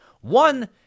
One